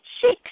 six